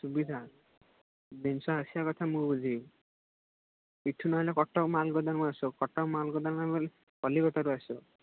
ସୁବିଧା ଜିନିଷ ଆସିବା କଥା ମୁଁ ବୁଝିବି ଏଠୁ ନହେଲେ କଟକ ମାଲ୍ ଗୋଦାମରୁ ଆସିବ କଟକ ମାଲ୍ ଗୋଦାମ ନ ଗଲେ କଲିକତାରୁ ଆସିବ